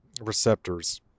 receptors